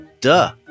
duh